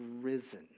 risen